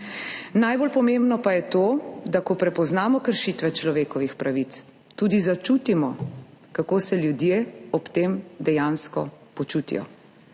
Najbolj pomembno pa je to, da ko prepoznamo kršitve človekovih pravic, tudi začutimo, kako se ljudje ob tem dejansko počutijo.